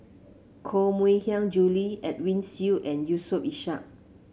Koh Mui Hiang Julie Edwin Siew and Yusof Ishak